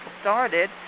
started